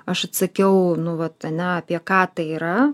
aš atsakiau nu vat ane apie ką tai yra